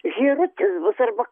žėrutis bus arba